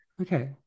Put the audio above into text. Okay